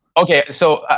okay. so,